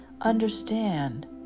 understand